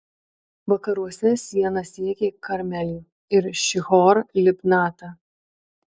vakaruose siena siekė karmelį ir šihor libnatą